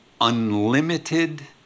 unlimited